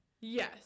Yes